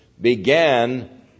began